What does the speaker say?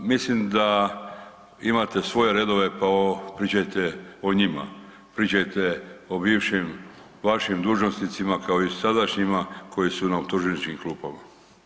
Mislim da imate svoje redove, pa pričajte o njima, pričajte o bivšim vašim dužnosnicima kao i sadašnjima koji su na optuženičkim klupama.